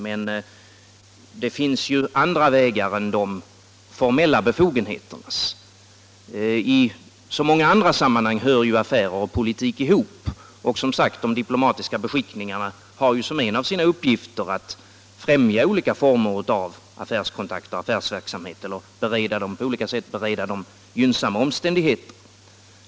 Men det finns andra vägar än de formella befogenheternas — i många andra sammanhang hör ju affärer och politik ihop. Och de diplomatiska beskickningarna har, som sagt, som en av sina uppgifter att främja olika former av affärskontakter och affärsverksamhet och söka bereda dem gynnsamma omständigheter.